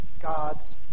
God's